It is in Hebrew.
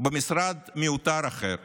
במשרד מיותר אחר.